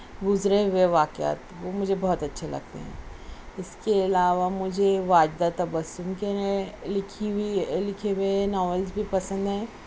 گزرے ہوئے واقعات وہ مجھے بہت اچھے لگتے ہیں اِس کے علاوہ مجھے واجدہ تبسم کے ہیں لکھی ہوئی لکھے ہوئے ناولز بھی پسند ہیں